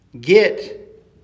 get